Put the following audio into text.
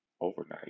overnight